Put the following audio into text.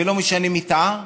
ולא משנה מי טעה,